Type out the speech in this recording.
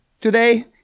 today